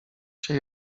się